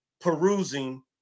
perusing